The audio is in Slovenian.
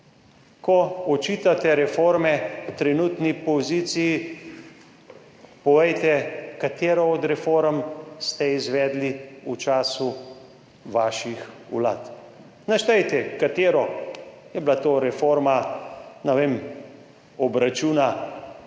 Ko očitate reforme trenutni poziciji, povejte, katero od reform ste izvedli v času vaših vlad. Naštejte, katero! Je bila to reforma, ne vem, obračuna